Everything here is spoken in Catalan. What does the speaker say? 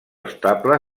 estable